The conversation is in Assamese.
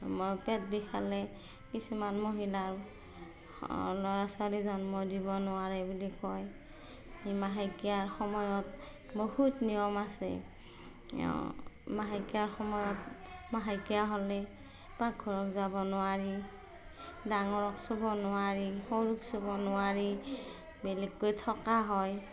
পেট বিষালে কিছুমান মহিলাৰ ল'ৰা ছোৱালী জন্ম দিব নোৱাৰে বুলি কয় এই মাহেকীয়াৰ সময়ত বহুত নিয়ম আছে মাহেকীয়াৰ সময়ত মাহেকীয়া হ'লেই পাকঘৰত যাব নোৱাৰি ডাঙৰক চুব নোৱাৰি সৰুক চুব নোৱাৰি বেলেগকৈ থকা হয়